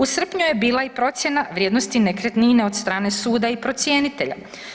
U srpnju je bila i procjena vrijednosti nekretnine od strane suda i procjenitelja.